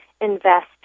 invest